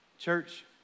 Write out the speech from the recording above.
Church